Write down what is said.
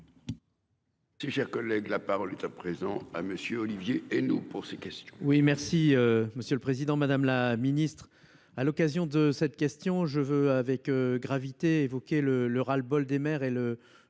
Si cher collègue, la parole est à présent à monsieur Olivier et nous pour ces questions.